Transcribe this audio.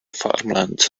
farmlands